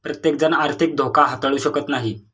प्रत्येकजण आर्थिक धोका हाताळू शकत नाही